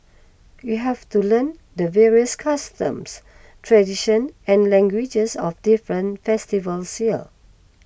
you have to learn the various customs tradition and languages of different festivals here